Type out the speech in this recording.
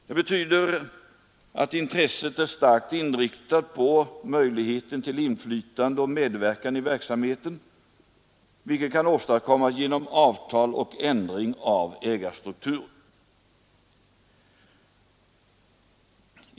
Det betyder att intresset är starkt inriktat på möjligheten till inflytande och medverkan i verksamheten, vilket kan åstadkommas genom avtal och ändring av ägarstrukturen.